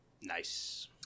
nice